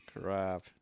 Crap